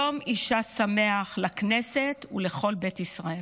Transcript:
יום האישה שמח לכנסת ולכל בית ישראל.